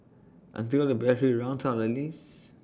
until the battery runs out at least